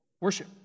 worship